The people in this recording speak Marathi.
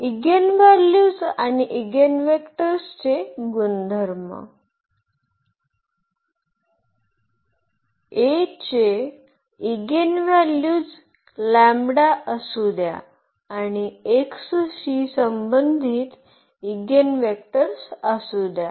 इगेनव्हॅल्यूज आणि ईगेनवेक्टर्सचे गुणधर्म A चे इगेनव्हॅल्यूज असू द्या आणि x संबंधित ईगेनवेक्टर्स असू द्या